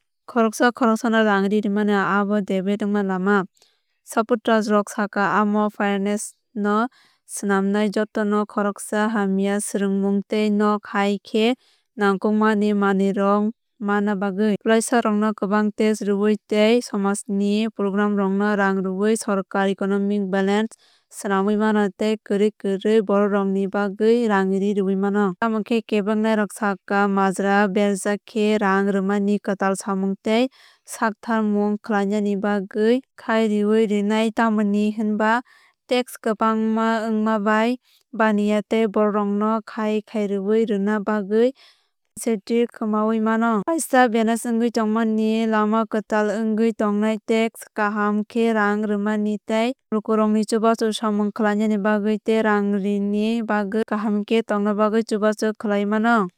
Khoroksa khoroksano rang ri rwmani abo kaisa debate wngmani lama. Supporters rok sakha, omo fairness no swnamnai jotono khoroksa hamya swrwngmung tei nok hai khe nangkukmani manwirok manna bagwi. Kwplaisarokno kwbang tax rwwi tei somajni programrokno rang rwwi sorkar economic balance swnamwi mano tei kwrwi kwrwi borokrokni bagwi rang ri rwwi mano. Tamokhe kebeng nairok sakha majra berjak khe rang rwmani kwtal samung tei saktharmung khlainani bagwi khá khárwi rwnai tamni hwnba tax kwbángma wngma bai baniya tei borokrokno khá khárwi rwna bagwi incentive kwmawi mano. Kaisa balance wngwi tongmani lama kwtal wngwi tongnai tax kaham khe rang rwmani tei lukurokni chubachu samung khlainani bagwi tei rang rini bagwi kaham khe tongna bagwi chubachu khlaiwi mano.